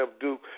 Duke